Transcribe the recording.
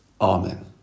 Amen